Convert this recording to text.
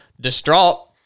Distraught